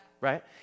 right